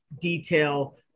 detail